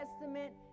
Testament